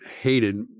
hated